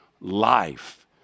life